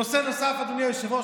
נושא נוסף, אדוני היושב-ראש.